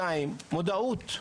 ב' מודעות,